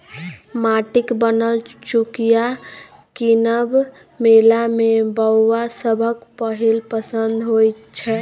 माटिक बनल चुकिया कीनब मेला मे बौआ सभक पहिल पसंद होइ छै